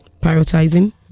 prioritizing